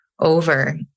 Over